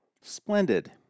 Splendid